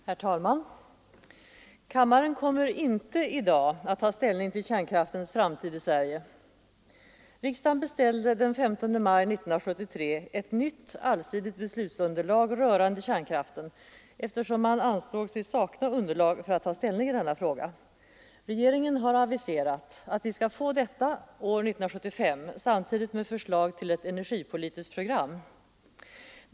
Herr talman! Kammaren kommer inte i dag att ta ställning till kärnkraftens framtid i Sverige. Riksdagen beställde den 15 maj 1973 ett nytt, allsidigt beslutsunderlag rörande kärnkraften, eftersom man ansåg sig sakna underlag för att ta ställning i denna fråga. Regeringen har aviserat att vi skall få detta år 1975 samtidigt med förslag till ett energipolitiskt program.